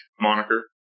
moniker